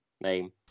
name